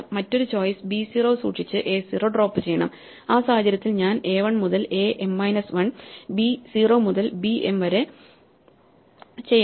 മറ്റൊരു choice B 0 സൂക്ഷിച്ച് A 0 drop ചെയ്യണം ആ സാഹചര്യത്തിൽ ഞാൻ എ 1 മുതൽ a m മൈനസ് 1 ബി 0 മുതൽ bm വരെ ചെയ്യണം